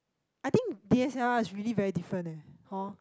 I think D_S_L_R is really very different eh hor